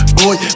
boy